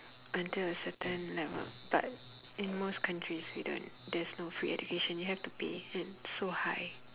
until a certain level but in most countries you don't there's no free education you have to pay and so high